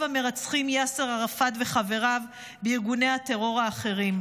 המרצחים יאסר ערפאת וחבריו בארגוני הטרור האחרים.